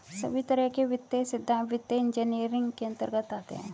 सभी तरह के वित्तीय सिद्धान्त वित्तीय इन्जीनियरिंग के अन्तर्गत आते हैं